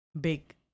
big